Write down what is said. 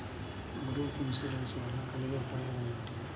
Group insurance వలన కలిగే ఉపయోగమేమిటీ?